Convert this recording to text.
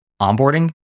onboarding